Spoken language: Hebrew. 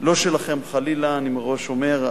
לא שלכם, חלילה, אני מראש אומר.